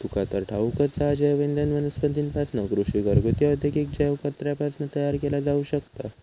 तुका तर ठाऊकच हा, जैवइंधन वनस्पतींपासना, कृषी, घरगुती, औद्योगिक जैव कचऱ्यापासना तयार केला जाऊ शकता